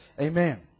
Amen